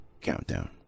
countdown